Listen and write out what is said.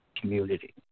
community